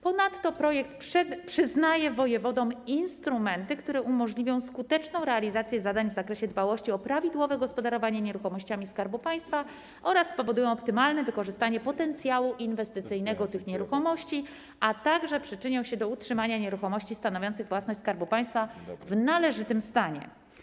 Ponadto projekt przyznaje wojewodom instrumenty, które umożliwią skuteczną realizację zadań w zakresie dbałości o prawidłowe gospodarowanie nieruchomościami Skarbu Państwa oraz spowodują optymalne wykorzystanie potencjału inwestycyjnego tych nieruchomości, a także przyczynią się do utrzymania nieruchomości stanowiących własność Skarbu Państwa w należytym stanie.